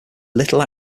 little